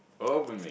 oh boon-wei